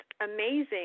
amazing